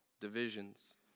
divisions